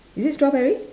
is it strawberry